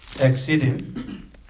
exceeding